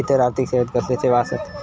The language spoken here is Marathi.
इतर आर्थिक सेवेत कसले सेवा आसत?